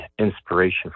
inspiration